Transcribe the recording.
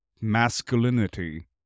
masculinity